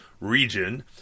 Region